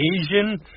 Asian